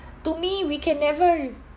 to me we can never